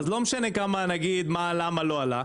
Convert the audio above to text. אז לא משנה מה עלה ומה לא עלה,